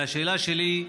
והשאלה שלי: